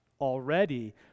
Already